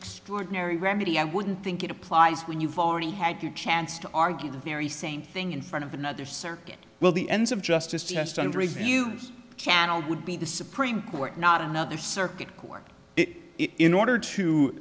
extraordinary remedy i wouldn't think it applies when you've already had your chance to argue the very same thing in front of another circuit well the ends of justice just under a new channel would be the supreme court not another circuit court in order to